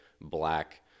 black